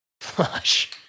Flush